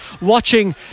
watching